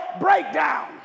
breakdown